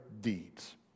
deeds